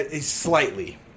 slightly